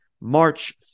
march